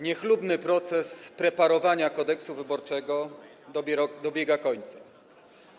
Niechlubny proces preparowania Kodeksu wyborczego dobiega końca.